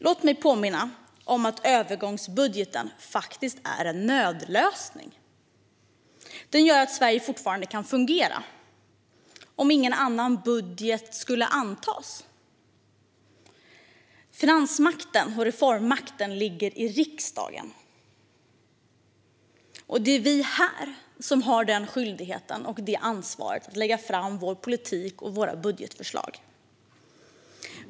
Låt mig påminna om att övergångsbudgeten faktiskt är en nödlösning. Den gör att Sverige fortfarande kan fungera om ingen annan budget skulle antas. Finansmakten och reformmakten ligger i riksdagen, och det är vi här som har skyldigheten och ansvaret att lägga fram vår politik och våra budgetförslag.